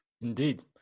Indeed